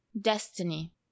destiny